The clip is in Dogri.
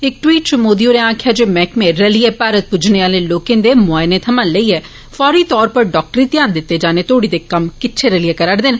इक ट्वीट इच मोदी होरे आक्खेआ जे मैहकमे रलिए भारत पुज्जने आले लोके दे मुआइने थवा लेइयै फौरी तौर उप्पर डाक्टरी ध्यान दित्ते जाने तोड़ी दे कम्म किट्ठे रलिए करा'रदे न